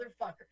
motherfucker